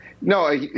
No